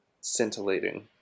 scintillating